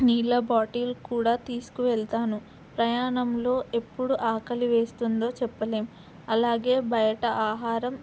నీళ్ళ బాటిల్ కూడా తీసుకువళ్తాను ప్రయాణంలో ఎప్పుడు ఆకలి వేస్తుందో చెప్పలేము అలాగే బయట ఆహారం